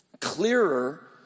clearer